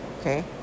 Okay